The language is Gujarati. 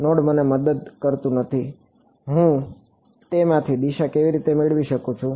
નોડ મને મદદ કરતું નથી હું તેમાંથી દિશા કેવી રીતે મેળવી શકું